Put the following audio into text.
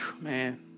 man